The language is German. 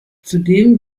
zudem